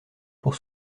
pour